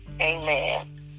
Amen